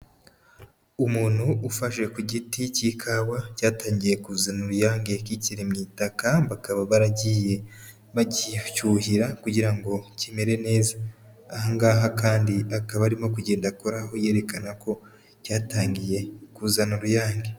Umuntu ufashe ku giti cy'ikawa cyatangiye kuzana uruyange kikiri mu itaka bakaba baragiye bacyuhira kugira ngo kimere neza, aha ngaha kandi akaba arimo kugenda akoraho yerekana ko cyatangiye kuzana uruyange.